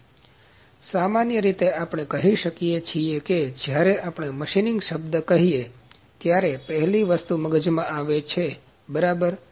તેથી સામાન્ય રીતે આપણે કહી શકીએ કે જ્યારે આપણે મશીનીંગ શબ્દ કહીએ ત્યારે પહેલી વસ્તુ મગજ માં આવે બરાબર